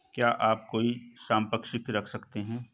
क्या आप कोई संपार्श्विक रख सकते हैं?